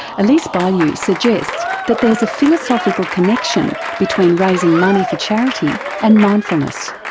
elise bialylew suggests that there is a philosophical connection between raising money for charity and mindfulness.